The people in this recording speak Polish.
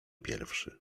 pierwszy